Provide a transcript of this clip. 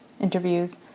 interviews